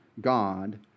God